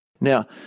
Now